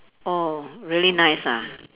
oh really nice ah